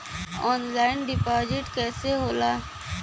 Online deposit कैसे होला?